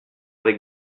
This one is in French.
avec